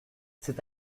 c’est